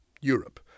Europe